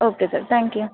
okay sir thank you